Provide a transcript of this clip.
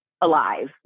alive